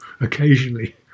occasionally